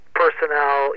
personnel